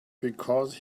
because